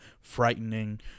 Frightening